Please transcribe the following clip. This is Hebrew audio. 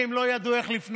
כי הם לא ידעו איך לפנות.